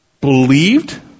believed